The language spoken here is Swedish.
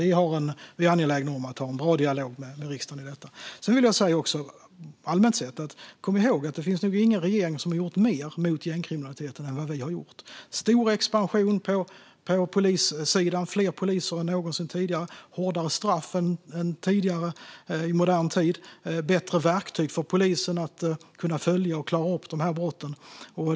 Vi är angelägna om att ha en bra dialog med riksdagen i detta. Allmänt sett vill jag säga att man ska komma ihåg att det nog inte finns någon regering som har gjort mer mot gängkriminaliteten än vad vi har gjort. Det har skett en stor expansion på polissidan. Det är fler poliser än någonsin tidigare. Det är hårdare straff än tidigare i modern tid. Det är bättre verktyg för polisen att kunna följa och klara upp dessa brott.